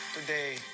Today